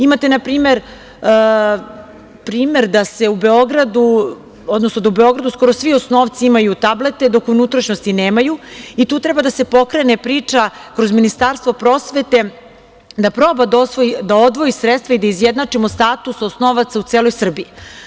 Imate na primer primer da u Beogradu skoro svi imaju tablete, dok u unutrašnjosti nemaju i tu treba da se pokrene priča kroz Ministarstvo prosvete da proba da odvoji sredstva i da izjednačimo status osnovaca u Srbiji.